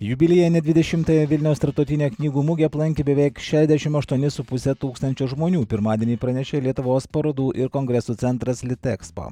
jubiliejinę dvidešimtąją vilniaus tarptautinę knygų mugę aplankė beveik šešiasdešimt aštuoni su puse tūkstančio žmonių pirmadienį pranešė lietuvos parodų ir kongresų centras litekspo